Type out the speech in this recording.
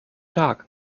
tag